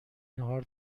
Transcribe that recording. ناهار